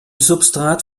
substrat